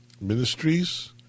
Ministries